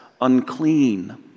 unclean